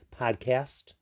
podcast